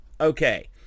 Okay